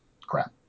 crap